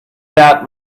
that